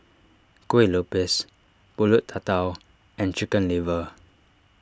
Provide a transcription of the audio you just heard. Kuih Lopes Pulut Tatal and Chicken Liver